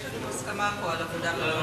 יש לנו הסכמה: ועדת העבודה והרווחה.